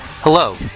Hello